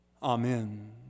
Amen